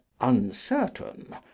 uncertain